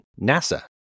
NASA